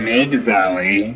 Mid-Valley